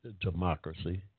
democracy